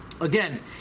Again